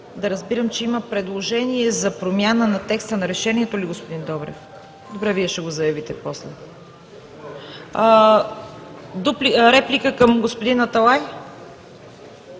Да разбирам, че има предложение за промяна на текста на решението ли, господин Добрев? Добре, Вие ще го заявите после. Реплика към господин Аталай?